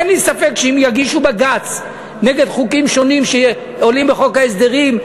אין לי ספק שאם יגישו בג"ץ נגד חוקים שונים שעולים בחוק ההסדרים,